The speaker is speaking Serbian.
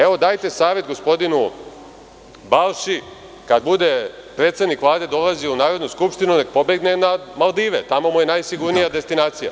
Evo, dajte savet gospodinu Balši, kada bude predsednik Vlade dolazio u Narodnu skupštinu, neka pobegne na Maldive, tamo mu je najsigurnija destinacija.